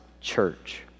church